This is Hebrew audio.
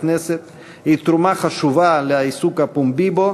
הכנסת היא תרומה חשובה לעיסוק הפומבי בו,